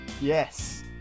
yes